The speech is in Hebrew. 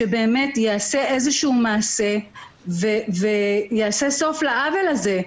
שייעשה איזשהו מעשה ויהיה סוף לעוול הזה.